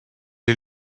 est